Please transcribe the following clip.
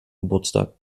geburtstag